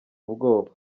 ubwoba